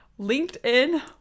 LinkedIn